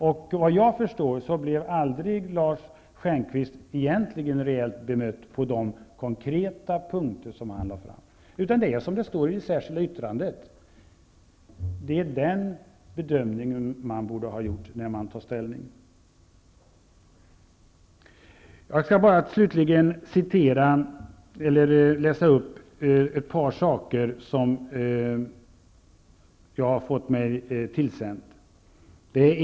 Enligt vad jag förstår blev Lars Stjernkvist egentligen aldrig rejält bemött på de konkreta punkter som han lade fram. Det är, som det står i det särkilda yttrandet, den bedömning man borde ha gjort när man tog ställning. Jag skall slutligen bara läsa upp ett par saker som jag har fått mig tillsända.